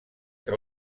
que